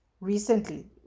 recently